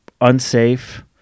unsafe